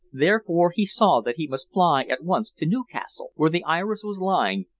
therefore he saw that he must fly at once to newcastle, where the iris was lying,